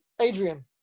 Adrian